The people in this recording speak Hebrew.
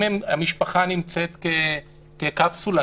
אם המשפחה נמצאת כקפסולה,